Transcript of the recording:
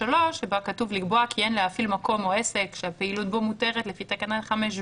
שיגיעו מוכנים עם